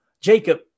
Jacob